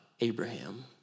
Abraham